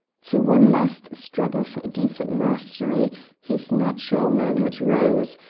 to one last struggle for a decent mastery his natural manhood rose,